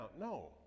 No